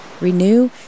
renew